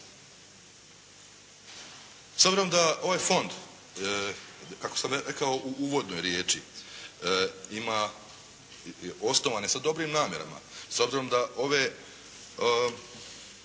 S obzirom da ovaj Fond kako sam ja rekao u uvodnoj riječi ima osnovan je sa dobrim namjerama, s obzirom da ove